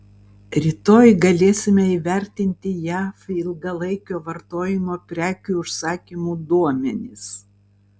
rytoj galėsime įvertinti jav ilgalaikio vartojimo prekių užsakymų duomenis